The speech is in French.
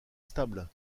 stable